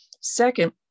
Second